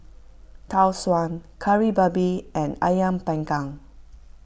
Tau Suan Kari Babi and Ayam Panggang